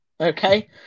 Okay